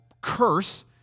curse